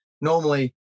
normally